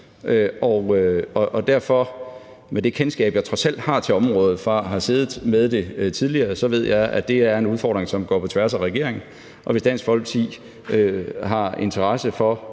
gør det. Med det kendskab, jeg trods alt har til området fra at have siddet med det tidligere, ved jeg, at det er en udfordring, der går på tværs af regeringer, og hvis Dansk Folkeparti har interesse for